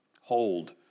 Hold